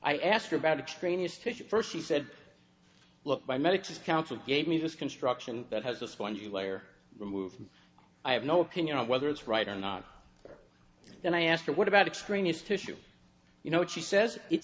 i asked her about extraneous tissue first she said look by medics counsel gave me this construction that has a spongy layer removed i have no opinion on whether it's right or not and i asked her what about extraneous tissue you know what she says it's